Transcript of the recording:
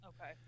Okay